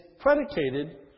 predicated